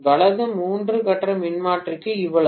வலது மூன்று கட்ட மின்மாற்றிக்கு இவ்வளவு